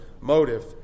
motive